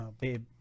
babe